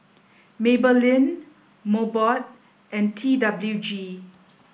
Maybelline Mobot and T W G